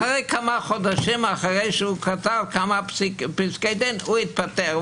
כמה חודשים אחרי שהוא כתב כמה פסקי דין הוא התפטר.